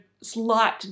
slight